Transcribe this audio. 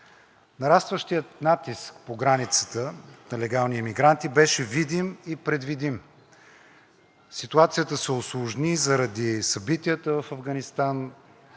Нарастващият натиск по границата от нелегални имигранти беше видим и предвидим. Ситуацията се усложни заради събитията в Афганистан,